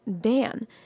Dan